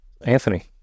Anthony